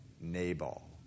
Nabal